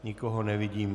Nikoho nevidím.